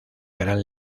gran